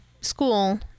school